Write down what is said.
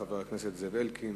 חבר הכנסת זאב אלקין,